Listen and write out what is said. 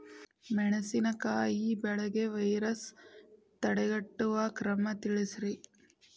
ಮೆಣಸಿನಕಾಯಿ ಬೆಳೆಗೆ ವೈರಸ್ ತಡೆಗಟ್ಟುವ ಕ್ರಮ ತಿಳಸ್ರಿ